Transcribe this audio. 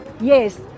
Yes